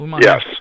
Yes